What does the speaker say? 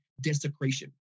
Desecration